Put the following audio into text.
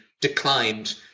declined